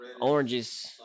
oranges